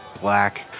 black